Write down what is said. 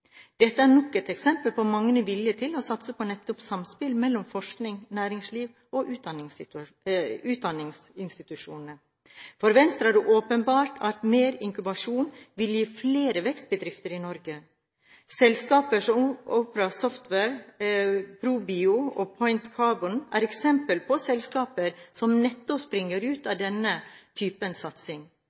Dette er nok et eksempel på manglende vilje til å satse på nettopp samspill mellom forskning, næringsliv og utdanningsinstitusjoner. For Venstre er det åpenbart at mer inkubasjon vil gi flere vekstbedrifter i Norge. Selskaper som Opera Software, ProBio og Point Carbon er eksempler på selskaper som nettopp springer ut av denne typen satsing.